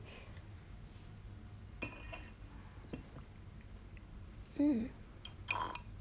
mm